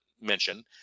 mention